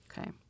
okay